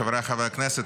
חבריי חבר הכנסת,